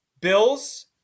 bills